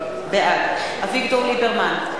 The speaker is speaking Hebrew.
בעד אביגדור ליברמן,